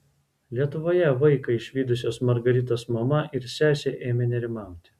lietuvoje vaiką išvydusios margaritos mama ir sesė ėmė nerimauti